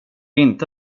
inte